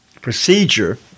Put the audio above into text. procedure